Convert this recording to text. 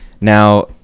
Now